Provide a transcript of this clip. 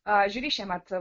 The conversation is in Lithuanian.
aa žiuri šiemet